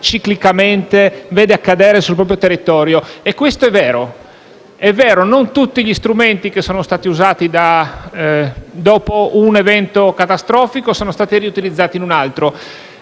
ciclicamente, vede abbattere sul proprio territorio. Questo è vero: non tutti gli strumenti usati dopo un evento catastrofico sono stati riutilizzati in un altro.